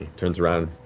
turns around,